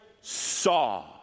saw